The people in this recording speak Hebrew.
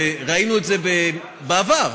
וראינו את זה בעבר,